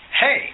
hey